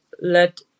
let